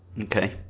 Okay